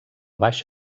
baix